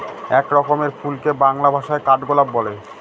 এক রকমের ফুলকে বাংলা ভাষায় কাঠগোলাপ বলে